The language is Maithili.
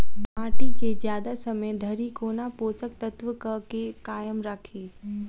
माटि केँ जियादा समय धरि कोना पोसक तत्वक केँ कायम राखि?